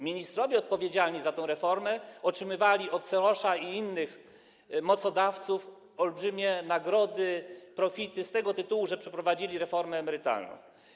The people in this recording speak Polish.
Ministrowie odpowiedzialni za tą reformę otrzymywali od Sorosa i innych mocodawców olbrzymie nagrody, profity z tego tytułu, że przeprowadzili reformę emerytalną.